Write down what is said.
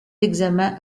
examen